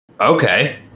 Okay